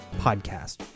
podcast